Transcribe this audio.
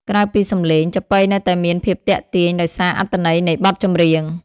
ក្រៅពីសម្លេង ចាប៉ីនៅតែមានភាពទាក់ទាញដោយសារ អត្ថន័យនៃបទចម្រៀង។